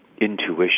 intuition